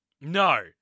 No